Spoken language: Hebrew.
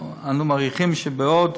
אנו מעריכים שבעוד